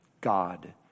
God